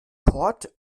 port